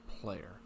player